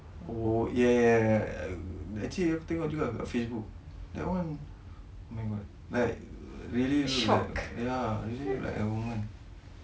oh ya actually aku tengok juga kat Facebook that [one] oh my god like really look like ya really look like a woman